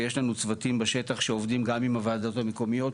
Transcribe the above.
ויש לנו צוותים בשטח שעובדים גם עם הוועדות המקומיות,